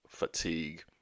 fatigue